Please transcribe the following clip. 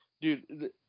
Dude